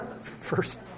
first